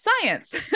Science